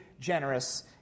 generous